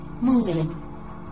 moving